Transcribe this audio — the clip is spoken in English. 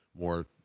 more